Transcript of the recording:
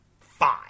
five